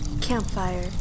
Campfire